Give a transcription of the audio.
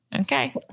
Okay